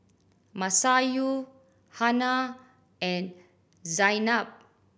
Masayu Hana and Zaynab